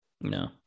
No